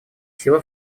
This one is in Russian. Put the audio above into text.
села